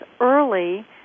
early